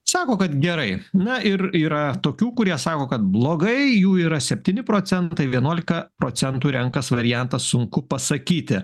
sako kad gerai na ir yra tokių kurie sako kad blogai jų yra septyni procentai vienuolika procentų renkasi variantą sunku pasakyti